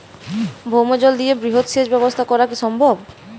ভৌমজল দিয়ে বৃহৎ সেচ ব্যবস্থা করা কি সম্ভব?